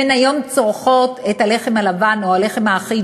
והן היום צורכות לחם לבן או לחם אחיד,